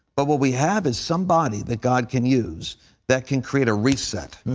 but what we have is somebody that god can use that can create a reset.